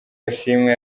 ashimwe